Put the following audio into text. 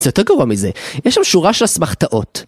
זה יותר גרוע מזה, יש שם שורה של אסמכתאות